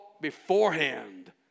beforehand